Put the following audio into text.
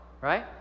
right